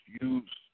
Use